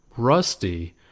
Rusty